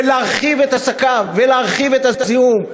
ולהרחיב את עסקיו, ולהרחיב את הזיהום.